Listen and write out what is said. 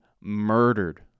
murdered